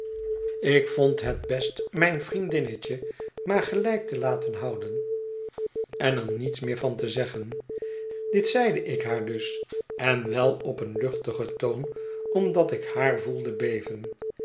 ik vond het best mijn vriendinnetje maar gelijk te laten houden en er niets meer van te zeggen dit zeide ik haar dus en wel op een luchtigen toon omdat ik haar voelde beven